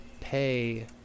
pay